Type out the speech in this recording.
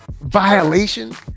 Violation